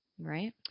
right